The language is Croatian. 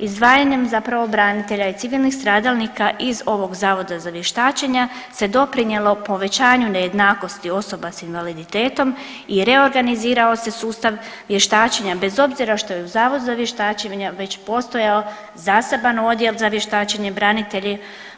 Izdvajanjem zapravo branitelja i civilnih stradalnika iz ovog Zavoda za vještačenja se doprinijelo povećanju nejednakosti osoba s invaliditetom i reorganizirao se sustav vještačenja, bez obzira što je uz Zavod za vještačenja već postojao zaseban odjel za vještačenje